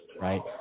right